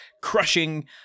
crushing